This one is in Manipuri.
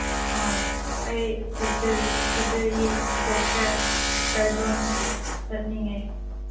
ꯑꯩ ꯁꯔꯖꯔꯤ ꯗꯣꯛꯇꯔ ꯁꯔꯖꯣꯟꯒꯤ ꯆꯠꯅꯤꯡꯉꯦ